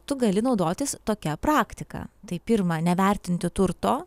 tu gali naudotis tokia praktika tai pirma nevertinti turto